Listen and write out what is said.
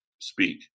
speak